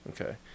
Okay